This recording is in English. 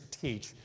teach